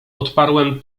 odparłem